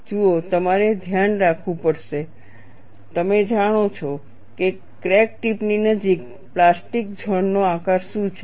જુઓ તમારે ધ્યાનમાં રાખવું પડશે તમે જાણો છો ક્રેક ટિપ ની નજીક પ્લાસ્ટિક ઝોન નો આકાર શું છે